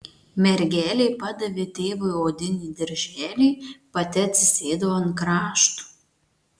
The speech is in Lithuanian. mergelė padavė tėvui odinį dirželį pati atsisėdo ant krašto